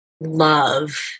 love